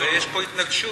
יש פה התנגשות.